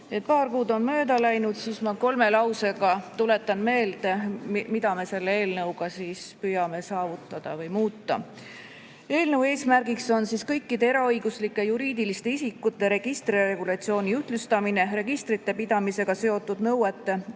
paar kuud on mööda läinud, siis ma kolme lausega tuletan meelde, mida me selle eelnõuga püüame saavutada või muuta. Eelnõu eesmärgiks on kõikide eraõiguslike juriidiliste isikute registriregulatsiooni ühtlustamine, registrite pidamisega seotud nõuete